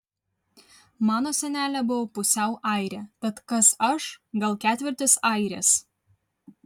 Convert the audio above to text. mano senelė buvo pusiau airė tad kas aš gal ketvirtis airės